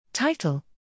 Title